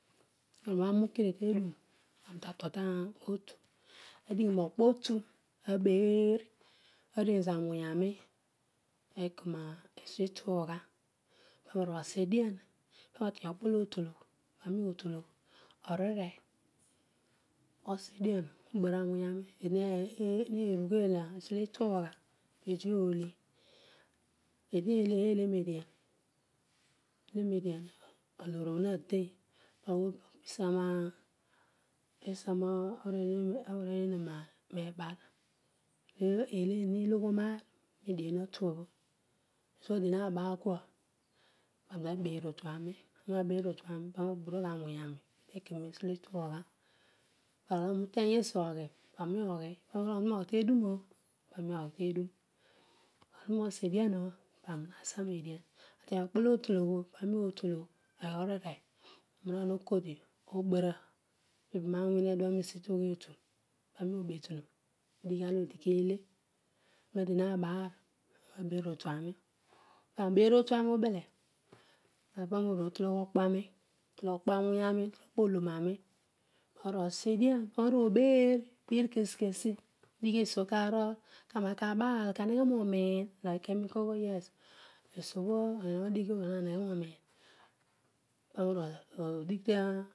Ewlani ukidio tedun pani tatol totu adighimokpo otu abeer aseieghi mawuiarol ekimesitugha pani oruosaedian ani ateny okpo olootologh mani otologh osa edian obara awurani eedi me rugheel esitugha pedi ole eedi weele median eedi ele nedian aloor eedi adein pi seghermi bereer eena nebaar mole eena eloghon aar nedienan obho hathobho pa adio abaal parol na beer otuani ani ha beer otuani pani na seghe wun ani maki te situgha roolo aani uteny esi oghi pani oghi nolo arunesi edun oti pani oghi tedun nolo arunesi osa edian oh nani osa teny okpolo otologh oh pani otologh orere onima okodi obara ibana wony obho tedua tesitughabho etu odighi edian eedi kele adio mabaal parol obeer otuani aani ubeer otuani obele pani oru otologh okpani nadkpo tolonari oruosa edian oruo beer kesikesi odigh esiobho karool kabaal kaneghe nomin molo esiobho arol nadighi obho na neghe nomin paro oru odigh taa